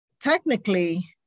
technically